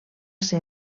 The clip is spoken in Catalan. ser